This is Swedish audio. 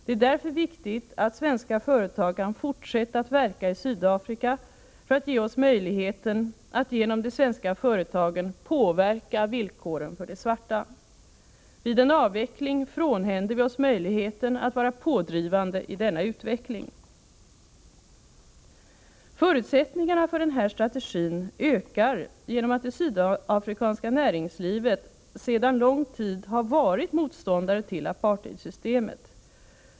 Det är därför viktigt att svenska företag kan fortsätta att verka i Sydafrika för att ge oss möjligheten att genom de svenska företagen påverka villkoren för de svarta. Vid en avveckling frånhänder vi oss möjligheten att vara pådrivande i denna utveckling.” Förutsättningarna för denna strategi ökar genom att det sydafrikanska näringslivet sedan lång tid tillbaka har varit motståndare till apartheidsystemet.